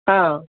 ହଁ